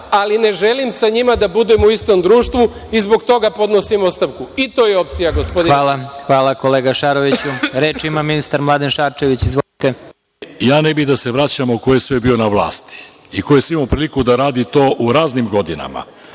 ali ne želim sa njima da budem i istom društvu i zbog toga podnosim ostavku. I to je opcija gospodine. **Vladimir Marinković** Hvala, kolega Šaroviću. Reč ima ministar Mladen Šarčević. **Mladen Šarčević** Ne bih da se vraćam ko je sve bio na vlasti i ko je sve imao priliku da radi to u raznim godinama.